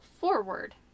forward